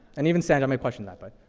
and even sanj, i may question that, bud.